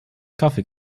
kaffee